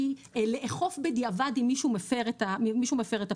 לאכוף בדיעבד אם מישהו מפר את הפטור.